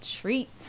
treat